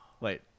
Wait